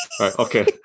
Okay